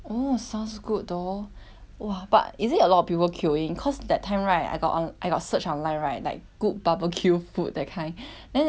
!wah! but is it a lot of people queuing cause that time right I got I got search online right like good barbecue food that kind then I search tanjong tanjong pagar got one